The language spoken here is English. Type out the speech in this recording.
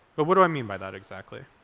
but what do i mean by that, exactly?